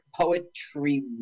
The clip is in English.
poetry